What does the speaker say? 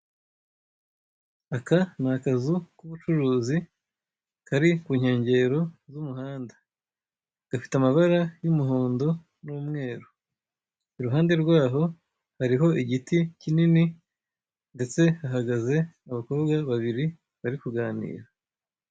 Aka ni akazu k'ubucuruzi kari ku nkengero z'umuhanda, gafite amabara y'umuhondo n'umweru, iruhande rwaho hariho igiti kinini ndetse hahagaze abakobwa babiri bari kuganira.